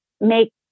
make